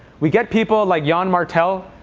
we get people like yann martell,